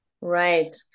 Right